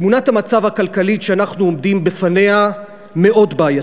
תמונת המצב הכלכלית שאנחנו עומדים בפניה מאוד בעייתית.